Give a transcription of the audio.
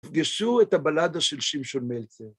פגשו את הבלדה של שמשון מלצר.